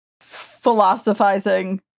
philosophizing